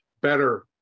better